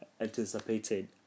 anticipated